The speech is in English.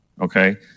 Okay